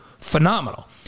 phenomenal